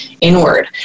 inward